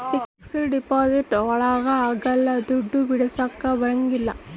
fixed deposit ಒಳಗ ಅಗ್ಲಲ್ಲ ದುಡ್ಡು ಬಿಡಿಸಕ ಬರಂಗಿಲ್ಲ